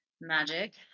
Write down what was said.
magic